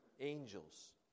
angels